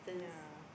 yeah